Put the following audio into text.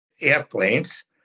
airplanes